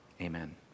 Amen